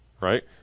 right